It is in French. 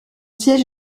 siège